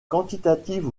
quantitative